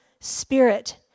Spirit